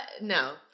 No